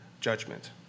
judgment